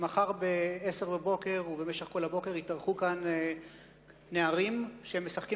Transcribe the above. מחר ב-10:00 ובמשך כל הבוקר יתארחו כאן נערים שמשחקים